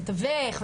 מתווך,